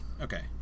Okay